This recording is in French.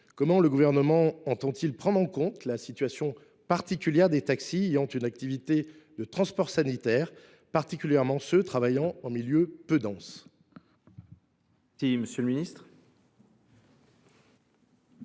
comment le Gouvernement entend il prendre en compte la situation particulière des taxis qui ont une activité de transport sanitaire, notamment ceux qui travaillent en milieu peu dense ? La parole est à M. le ministre.